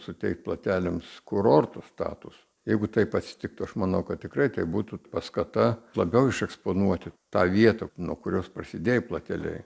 suteikt plateliams kurortų statusą jeigu taip atsitiktų aš manau kad tikrai tai būtų paskata labiau iš eksponuoti tą vietą nuo kurios prasidėjo plateliai